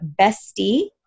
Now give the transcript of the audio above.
bestie